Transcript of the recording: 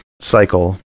cycle